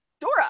Dora